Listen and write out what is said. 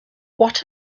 what